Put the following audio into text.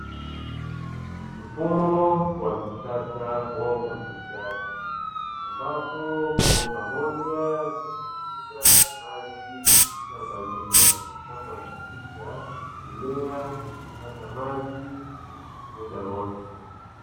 Mfumo wa kisasa wa umwagiliaji ambapo bomba moja linapitisha maji shamba zima, na kuhakikisha mimea inapata maji muda wote.